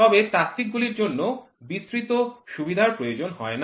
তবে তাত্ত্বিকগুলির জন্য বিস্তৃত সুবিধার প্রয়োজন হয় না